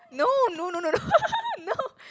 no no no no no no no